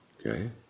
Okay